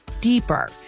deeper